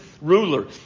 ruler